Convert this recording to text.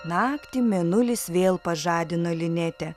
naktį mėnulis vėl pažadino linetę